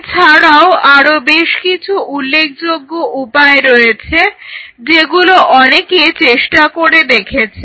এছাড়াও আরও বেশ কিছু উল্লেখযোগ্য উপায় রয়েছে যেগুলো অনেকে চেষ্টা করে দেখেছে